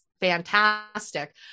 fantastic